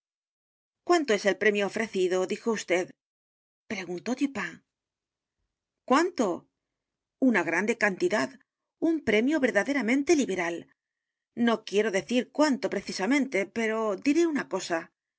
cuánto es el premio ofrecido dijo vd p r e guntó dupin cuánto una g r a n d e cantidad un premio verdaderamente l i b e r a l no quiero decir cuánto precisamente pero diréima cosa y